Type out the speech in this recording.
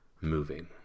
moving